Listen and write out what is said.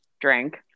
drink